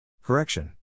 Correction